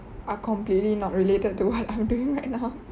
are completely not related to what I'm doing right now